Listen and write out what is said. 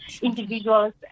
individuals